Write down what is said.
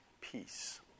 peace